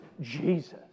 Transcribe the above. Jesus